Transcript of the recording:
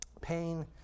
pain